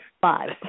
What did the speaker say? five